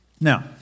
Now